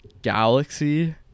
galaxy